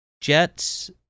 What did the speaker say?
Jets